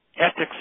ethics